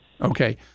okay